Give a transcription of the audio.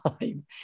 time